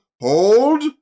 hold